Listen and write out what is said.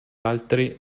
altri